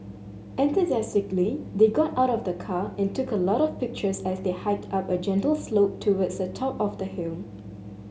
enthusiastically they got out of the car and took a lot of pictures as they hiked up a gentle slope towards the top of the hill